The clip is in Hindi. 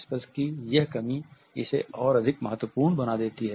स्पर्श की किसी भी व्याख्या में प्रसंग विशेष रूप से महत्वपूर्ण है